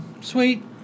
Sweet